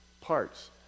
parts